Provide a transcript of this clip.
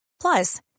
Plus